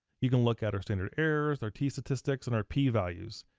you can look at our standard errors, our t-statistics and our p-values.